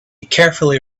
carefully